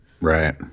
right